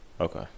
Okay